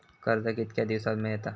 कर्ज कितक्या दिवसात मेळता?